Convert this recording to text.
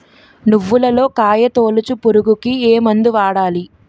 నువ్వులలో కాయ తోలుచు పురుగుకి ఏ మందు వాడాలి?